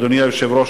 אדוני היושב-ראש,